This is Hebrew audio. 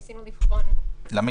ניסינו לבחון את